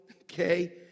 Okay